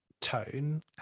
tone